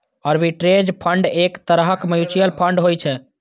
arbitrage fund एक तरहक mutual fund होइ छै